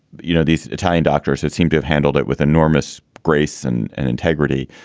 you know, these italian doctors who seemed to have handled it with enormous grace and and integrity.